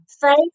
Faith